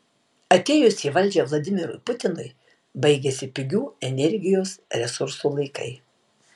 atėjus į valdžią vladimirui putinui baigėsi pigių energijos resursų laikai